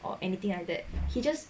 or anything like that he just